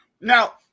Now